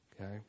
Okay